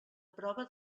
prova